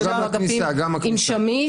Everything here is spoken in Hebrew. יש לנו אגפים עם שימוש.